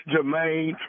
Jermaine